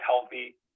healthy